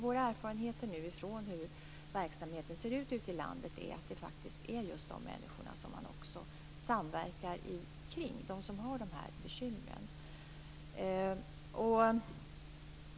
Våra erfarenheter av hur verksamheten ser ut ute i landet är att det faktiskt är just kring de människor som har de bekymren som man samverkar.